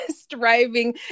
striving